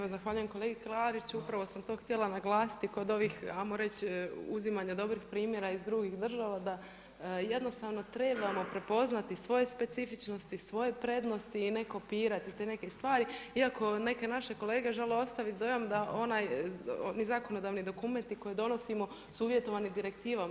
Evo, zahvaljujem kolegi Klariću, upravo sam to htjela naglasiti kod ovih, ajmo reći uzimanja dobrih primjera iz drugih država da jednostavno trebamo prepoznati svoje specifičnosti, svoje prednosti i ne kopirati te neke stvari iako neke naše kolege žele ostaviti dojam da onaj zakonodavni dokumenti koje donosimo su uvjetovani direktivama.